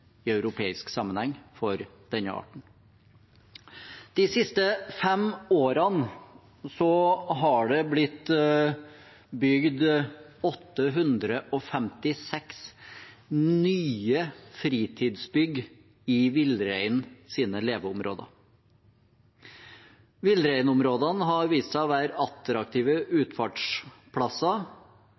for denne arten. De siste fem årene er det blitt bygd 856 nye fritidsbygg i villreinens leveområder. Villreinområdene har vist seg å være attraktive utfartsplasser,